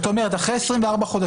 זאת אומרת אחרי 24 חודשים,